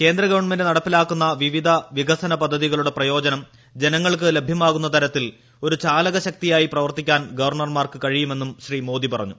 കേന്ദ്ര ഗവൺമെന്റ് നടപ്പിലാക്കുന്ന വിവിധ വികസനപദ്ധതികളുടെ പ്രയോജനം ജനങ്ങൾക്ക് ലഭ്യമാക്കുന്ന തരത്തിൽ ഒരു ചാലകശക്തിയായി പ്രവർത്തിക്കാൻ ഗവർണർമാർക്ക് കഴിയുമെന്നും ശ്രീ മോദി പറഞ്ഞു